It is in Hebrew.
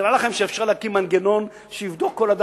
נראה לכם שאפשר להקים מנגנון שיבדוק כל אדם